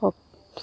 হওক